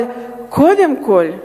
אבל קודם כול,